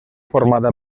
formada